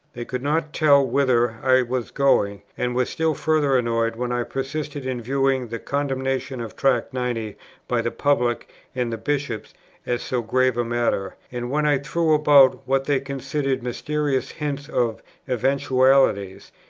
they could not tell whither i was going and were still further annoyed when i persisted in viewing the condemnation of tract ninety by the public and the bishops as so grave a matter, and when i threw about what they considered mysterious hints of eventualities,